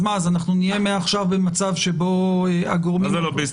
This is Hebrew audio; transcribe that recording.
אז מה, מעכשיו נהיה במצב שבו הגורמים נמצאים